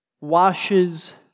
washes